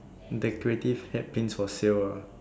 decorative hat pins for sale orh